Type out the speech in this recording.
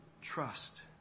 Trust